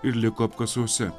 ir liko apkasuose